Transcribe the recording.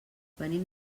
venim